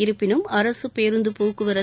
இருப்பினும் அரசு பேருந்து போக்குவரத்து